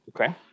Okay